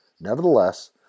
Nevertheless